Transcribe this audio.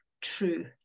True